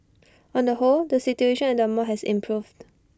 on the whole the situation at the mall has improved